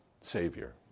Savior